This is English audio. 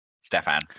Stefan